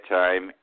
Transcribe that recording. time